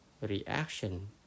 reaction